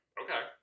okay